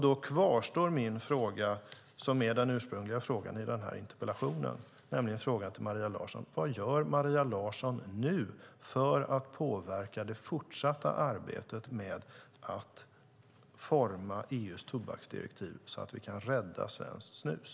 Då kvarstår min fråga, som också är den ursprungliga frågan i interpellationen, nämligen: Vad gör Maria Larsson nu för att påverka det fortsatta arbetet med att forma EU:s tobaksdirektiv, så att vi kan rädda svenskt snus?